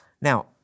Now